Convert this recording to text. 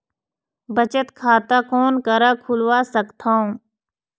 बचत खाता कोन करा खुलवा सकथौं?